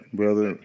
brother